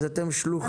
אז אתן שלוחה.